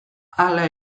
hala